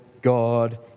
God